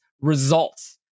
results